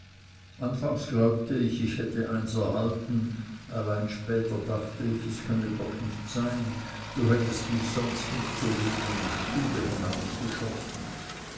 anfangs glaubte ich ich hätte eins erhalten allein später dachte ich es könnte doch nicht sein du hättest mich sonst nicht so wild in die stube hinausgeschossen